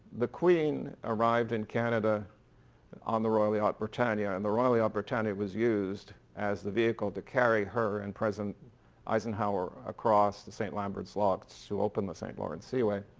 the queen arrived in canada on the royal yacht britannia. and the royal yacht britannia was used as the vehicle to carry her and president eisenhower across the saint-lambert locks to so open the st. lawrence seaway.